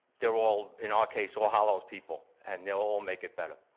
they're all, in our case, all hallows people, and they'll all make it better.